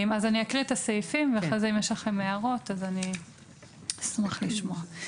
אקרא את הסעיפים ואחרי כן אם יש לכם הערות אשמח לשמוע.